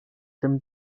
den